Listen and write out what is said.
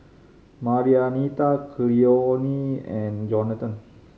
Marianita Cleone and Jonathan